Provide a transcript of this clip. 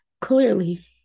clearly